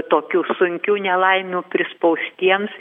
tokių sunkių nelaimių prispaustiems